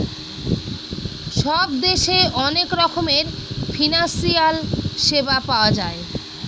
সব দেশে অনেক রকমের ফিনান্সিয়াল সেবা পাওয়া যায়